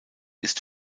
ist